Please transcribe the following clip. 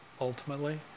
ultimately